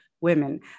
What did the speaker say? women